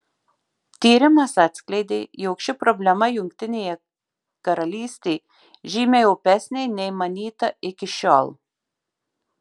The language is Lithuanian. tyrimas atskleidė jog ši problema jungtinėje karalystė žymiai opesnė nei manyta iki šiol